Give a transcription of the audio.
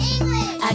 English